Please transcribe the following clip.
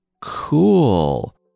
cool